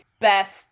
best